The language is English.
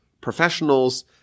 professionals